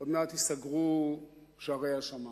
עוד מעט ייסגרו שערי השמים.